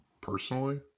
personally